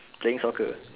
playing soccer